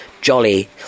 jolly